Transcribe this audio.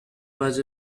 was